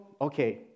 okay